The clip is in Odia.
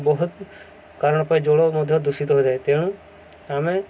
ବହୁତ କାରଣ ପାଇଁ ଜଳ ମଧ୍ୟ ଦୂଷିତ ହୋଇଥାଏ ତେଣୁ ଆମେ